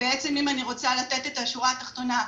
ואם אני רוצה לתת את השורה התחתונה,